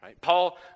Paul